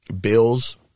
bills